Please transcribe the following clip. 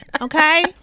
okay